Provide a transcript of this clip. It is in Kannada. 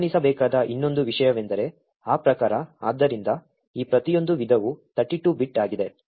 ಗಮನಿಸಬೇಕಾದ ಇನ್ನೊಂದು ವಿಷಯವೆಂದರೆ ಆ ಪ್ರಕಾರ ಆದ್ದರಿಂದ ಈ ಪ್ರತಿಯೊಂದು ವಿಧವು 32 ಬಿಟ್ ಆಗಿದೆ